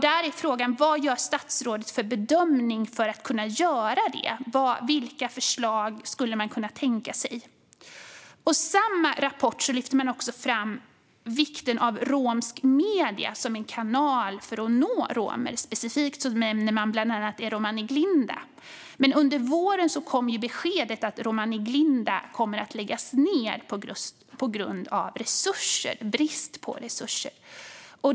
Där är frågan: Vad gör statsrådet för bedömning av hur man ska kunna göra detta? Vilka förslag skulle man kunna tänka sig? I samma rapport lyfter man fram vikten av romska medier som en kanal för att nå romer. Specifikt nämns bland annat É Romani Glinda. Under våren kom dock beskedet att É Romani Glinda kommer att läggas ned på grund av brist på resurser.